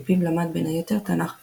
מפיו למד בין היתר תנ"ך ותלמוד.